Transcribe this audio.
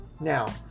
Now